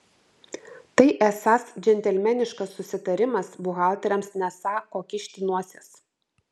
tai esąs džentelmeniškas susitarimas buhalteriams nesą ko kišti nosies